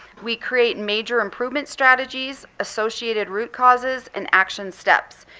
we create major improvement strategies, associated root causes, and action steps.